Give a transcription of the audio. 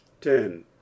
Ten